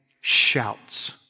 shouts